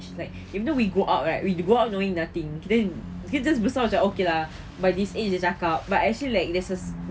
like you know we grow up right we grow up knowing nothing then kita okay just besar macam okay lah by this age dah cakap actually there's a